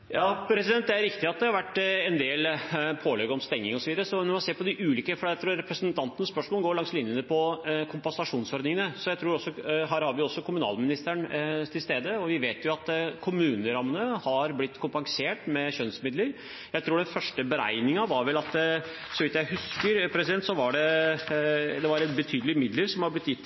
Det er riktig at det har vært en del pålegg om stenging osv., så man må se på de forskjellige, for jeg tror representantens spørsmål går langs linjene for kompensasjonsordningene. Her har vi også kommunalministeren til stede, og vi vet at kommunerammene har blitt kompensert med skjønnsmidler. Så vidt jeg husker, var det ifølge den første beregningen betydelige midler som var